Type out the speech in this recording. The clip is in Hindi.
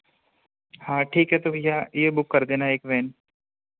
हाँ ठीक है तो भैया यह बुक कर देना एक वेन